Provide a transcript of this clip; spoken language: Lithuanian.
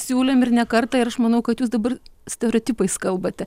siūlėm ir ne kartą ir aš manau kad jūs dabar stereotipais kalbate